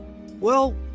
well,